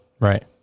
Right